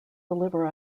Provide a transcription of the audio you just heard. deliver